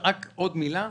עוד מילה: